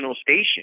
station